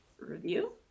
review